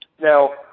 Now